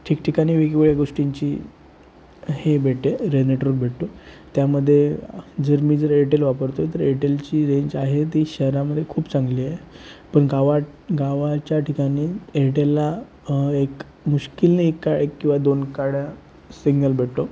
ठिकठिकाणी वेगवेगळ्या गोष्टींची हे भेटते रे नेटवर्क भेटतो त्यामध्ये जर मी जर एअरटेल वापरतो आहे तर एअरटेलची रेंज आहे ती शहरामध्ये खूप चांगली आहे पण गावात गावाच्या ठिकाणी एअरटेलला एक मुश्कीलने एका एक किंवा दोन काड्या सिग्नल भेटतो